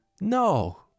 no